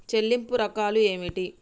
చెల్లింపు రకాలు ఏమిటి?